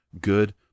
good